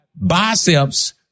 biceps